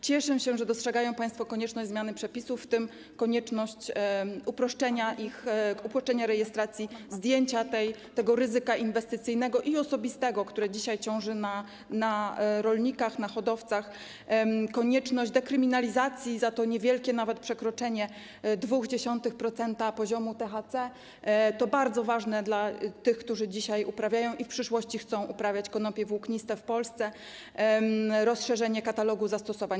Cieszę się, że dostrzegają państwo konieczność zmiany przepisów, w tym konieczność ich uproszczenia, uproszczenia rejestracji; zdjęcia ryzyka inwestycyjnego i osobistego, które dzisiaj ciąży na rolnikach, na hodowcach; konieczność dekryminalizacji za to niewielkie nawet przekroczenie 0,2% poziomu THC, to bardzo ważne dla tych, którzy dzisiaj uprawiają i w przyszłości chcą uprawiać konopie włókniste w Polsce; rozszerzenie katalogu zastosowań.